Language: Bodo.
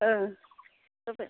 ओं जाबाय